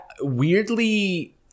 weirdly